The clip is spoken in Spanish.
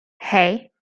hey